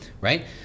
right